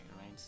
right